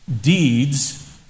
deeds